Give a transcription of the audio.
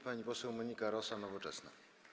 Pani poseł Monika Rosa, Nowoczesna.